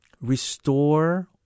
restore